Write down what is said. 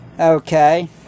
okay